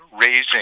raising